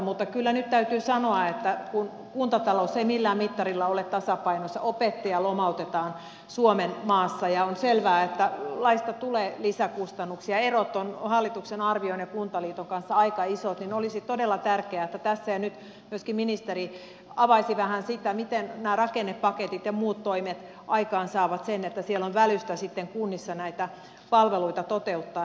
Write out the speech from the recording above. mutta kyllä nyt täytyy sanoa että kun kuntatalous ei millään mittarilla ole tasapainossa opettajia lomautetaan suomenmaassa ja on selvää että laista tulee lisäkustannuksia erot ovat hallituksen arvion ja kuntaliiton välillä aika isot niin olisi todella tärkeää että tässä ja nyt myöskin ministeri avaisi vähän sitä miten nämä rakennepaketit ja muut toimet aikaansaavat sen että siellä on välystä sitten kunnissa näitä palveluita toteuttaa